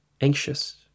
anxious